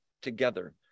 together